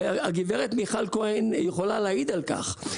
והגברת מיכל כהן יכולה להעיד על כך,